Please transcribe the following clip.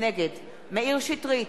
נגד מאיר שטרית,